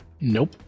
Nope